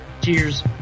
Cheers